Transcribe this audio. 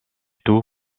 tout